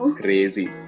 crazy